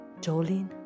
Jolene